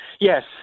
Yes